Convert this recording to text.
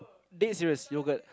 dead serious yogurt